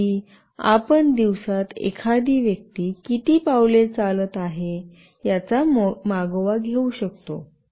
जसे की आपण दिवसात एखादी व्यक्ती किती पावले चालत आहे याचा मागोवा घेऊ शकता